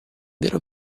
vero